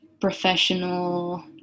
professional